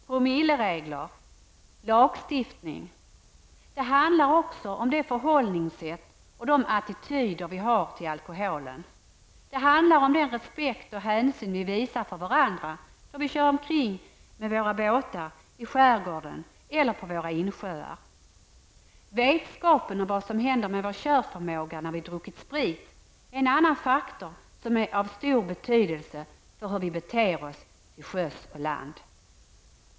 Promilleregler -- lagstiftning. Det handlar också om det förhållningssätt och de attityder vi har till alkoholen. Det handlar om den respekt och hänsyn vi visar för varandra då vi kör omkring med våra båtar i skärgården eller på våra insjöar. Vetskapen om vad som händer med vår körförmåga när vi druckit sprit är en annan faktor som är av stor betydelse för hur vi beter oss till sjöss och på land.